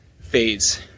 phase